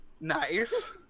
Nice